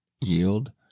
yield